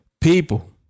People